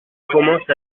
commence